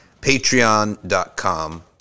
patreon.com